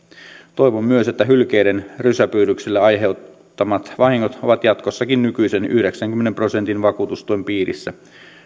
toivon myös että hylkeiden rysäpyydyksille aiheuttamat vahingot ovat jatkossakin nykyisen yhdeksänkymmenen prosentin vakuutustuen piirissä